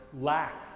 lack